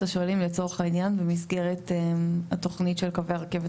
אתה שואל אם לצורך העניין במסגרת התכנית של קווי הרכבת